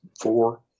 four